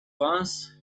once